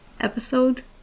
episode